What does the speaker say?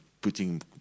putting